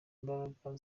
imbaraga